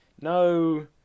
no